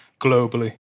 globally